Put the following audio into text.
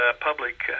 public